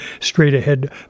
straight-ahead